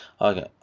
Okay